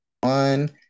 One